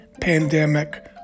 pandemic